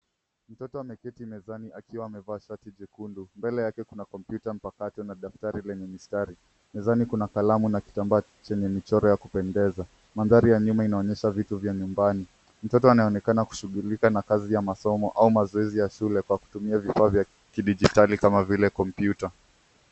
Mtoto ameketi mezani akiwa amevaa shati jekundu, mbele yake kuna komputa mpakato na daftari lenye mistari. Mezani kuna kalamu na kitambaa chenye michoro ya kupendeza. Mandhari ya nyuma inaonyesha vitu vya nyumbani. Mtoto anayeonekana kushughulika na kazi ya masomo au mazoezi ya shule kwa kutumia vifaa vya kidijitali kama vile komputa.